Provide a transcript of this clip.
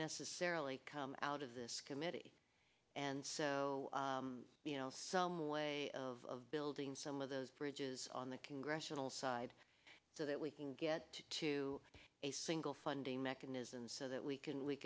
necessarily come out of this committee and so you know some way of building some of those bridges on the congressional side so that we can get to a single funding mechanism so that we can we